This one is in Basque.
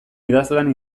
idazlan